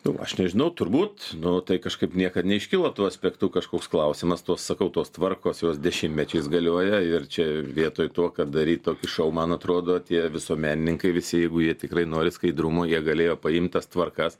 nu aš nežinau turbūt nu tai kažkaip niekad neiškilo tuo aspektu kažkoks klausimas tuo sakau tos tvarkos jos dešimtmečiais galioja ir čia vietoj to ką daryt tokį šou man atrodo tie visuomenininkai visi jeigu jie tikrai nori skaidrumo jie galėjo paimt tas tvarkas